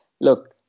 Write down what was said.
look